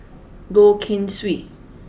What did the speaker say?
Goh Keng Swee